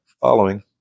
following